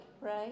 right